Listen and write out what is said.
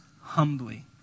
humbly